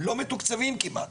לא מתוקצבים כמעט.